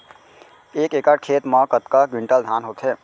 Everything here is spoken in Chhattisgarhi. एक एकड़ खेत मा कतका क्विंटल धान होथे?